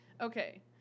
Okay